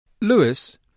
Lewis